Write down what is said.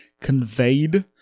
conveyed